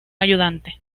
ayudante